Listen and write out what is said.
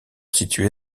situé